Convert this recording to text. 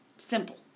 Simple